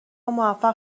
موفق